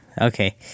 Okay